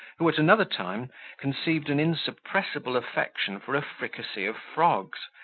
who at another time conceived an insuppressible affection for a fricassee of frogs,